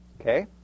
Okay